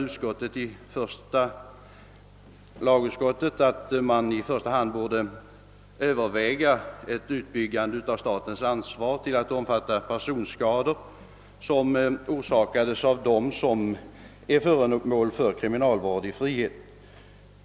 utskottet att man i första hand skulle överväga ett utbyggande av statens ansvar till att omfatta personskador som orsakats av dem som är föremål för kriminalvård i frihet.